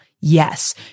Yes